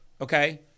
Okay